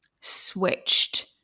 switched